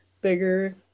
bigger